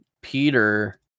Peter